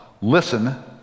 listen